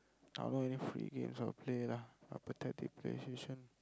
I don't know if have any free games I will play lah a pathetic playstation